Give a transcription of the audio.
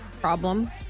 problem